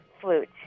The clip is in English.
flute